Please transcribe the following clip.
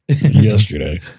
yesterday